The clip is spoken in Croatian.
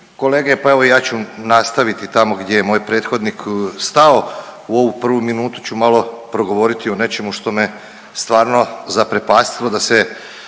kolege. Pa evo ja ću nastaviti tamo gdje je moj prethodnik stao u ovu prvu minutu ću malo progovoriti o nečemu što me stvarno zaprepastilo da se